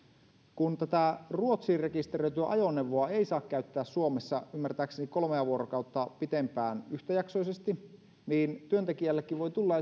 kun ruotsiin rekisteröityä ajoneuvoa ei saa käyttää suomessa ymmärtääkseni kolmea vuorokautta pitempään yhtäjaksoisesti niin työntekijällekin voi tulla